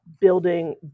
building